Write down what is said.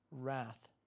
wrath